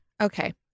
Okay